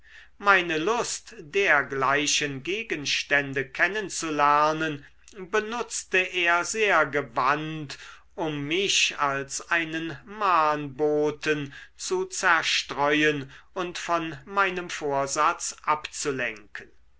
meine lust dergleichen gegenstände kennen zu lernen benutzte er sehr gewandt um mich als einen mahnboten zu zerstreuen und von meinem vorsatz abzulenken